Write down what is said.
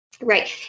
Right